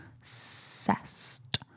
Obsessed